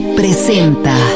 presenta